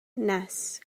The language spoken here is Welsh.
nes